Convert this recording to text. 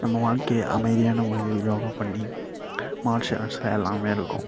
நம்ம வாழ்க்கையை அமைதியான முறையில் யோகா பண்ணி மார்ஷியல் ஆர்ட்ஸ்ல எல்லாமே இருக்கும்